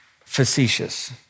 facetious